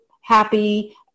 happy